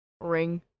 Ring